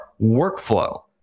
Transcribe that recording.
workflow